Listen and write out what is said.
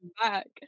back